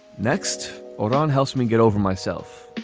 next, oron helps me get over myself.